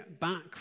back